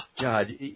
God